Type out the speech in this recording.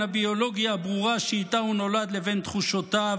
הביולוגיה הברורה שאיתה הוא נולד לבין תחושותיו,